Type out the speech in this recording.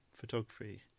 photography